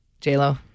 j-lo